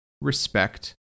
respect